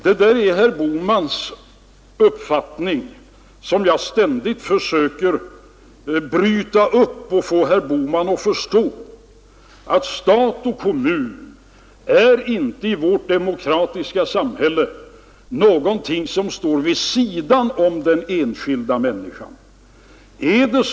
Det där är herr Bohmans uppfattning som jag ständigt försöker bryta upp för att få herr Bohman att förstå, att stat och kommun i vårt demokratiska samhälle inte är någonting som står vid sidan om den enskilda människan.